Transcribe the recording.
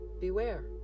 beware